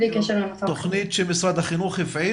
בלי קשר למצב --- תכנית שמשרד החינוך הפעיל?